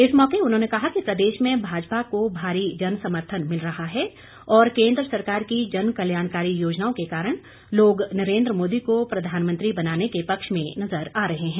इस मौके उन्होंने कहा कि प्रदेश में भाजपा को भारी समर्थन मिल रहा है और केन्द्र सरकार की जनकल्याणकारी योजनाओं के कारण लोग नरेन्द्र मोदी को प्रधानमंत्री बनाने के पक्ष में नजर आ रहे हैं